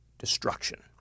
destruction